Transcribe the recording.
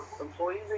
employees